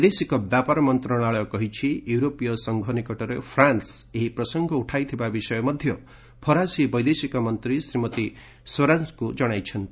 ବୈଦେଶିକ ବ୍ୟାପାର ମନ୍ତ୍ରଶାଳୟ କହିଛି ୟୁରୋପୀୟ ସଂଘ ନିକଟରେ ଫ୍ରାନ୍ନ ଏହି ପ୍ରସଙ୍ଗ ଉଠାଇଥିବା ବିଷୟ ମଧ୍ୟ ଫରାସୀ ବୈଦେଶିକ ମନ୍ତ୍ରୀ ଶ୍ରୀମତୀ ସ୍ୱରାଜଙ୍କୁ ଜଣାଇଛନ୍ତି